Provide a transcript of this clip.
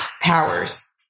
powers